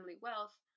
wealth